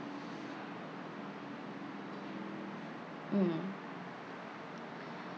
mm